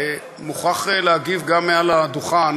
מוכרח להגיב גם מעל הדוכן